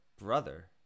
brother